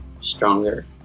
stronger